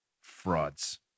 Frauds